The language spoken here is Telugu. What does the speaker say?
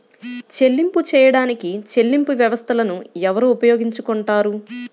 చెల్లింపులు చేయడానికి చెల్లింపు వ్యవస్థలను ఎవరు ఉపయోగించుకొంటారు?